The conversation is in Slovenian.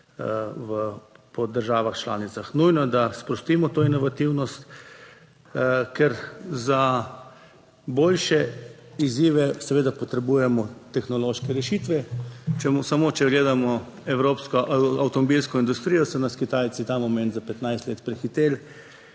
po državah članicah. Nujno da sprostimo to inovativnost, ker za boljše izzive seveda potrebujemo tehnološke rešitve. Če bomo samo, če gledamo evropsko avtomobilsko industrijo, so nas Kitajci ta moment za 15 let prehiteli,